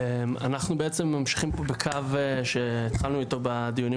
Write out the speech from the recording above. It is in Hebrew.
אנחנו בעצם ממשיכים פה בקו שהתחלנו איתו בדיונים